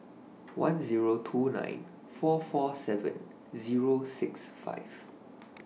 one Zero two nine four four seven Zero six five